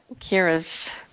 Kira's